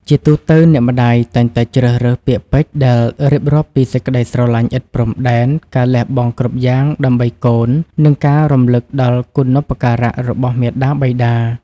ជាទូទៅ អ្នកម្ដាយតែងតែជ្រើសរើសពាក្យពេចន៍ដែលរៀបរាប់ពីសេចក្តីស្រឡាញ់ឥតព្រំដែន ការលះបង់គ្រប់បែបយ៉ាងដើម្បីកូន និងការរំលឹកដល់គុណូបការៈរបស់មាតាបិតា។